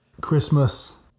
Christmas